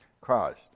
Christ